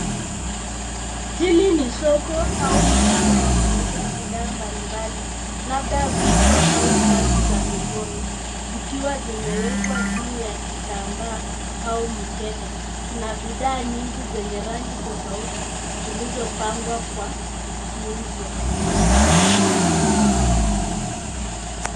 Hili ni soko au meza ya kuuza bidhaa mbalimbali labda vitwa au kazi za mikono zikiwa zimewekwa juu ya kitambaa au mkeka, kuna bidhaa nyingi zenye rangi tofauti zilizopangwa kwa kuuzwa.